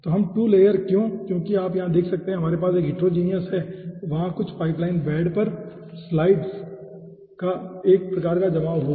तो two layer क्यों क्योंकि आप यहाँ देख सकते हैं हमारे पास अब हिटेरोजीनियस हैं वहाँ कुछ पाइपलाइन बेड पर सॉलिड्स का एक प्रकार का जमाव होगा